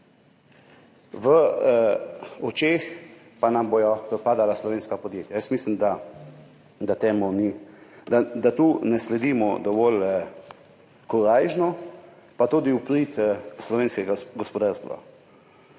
očmi pa nam bodo propadala slovenska podjetja? Jaz mislim, da tu ne sledimo dovolj korajžno in tudi v prid slovenskemu gospodarstvu.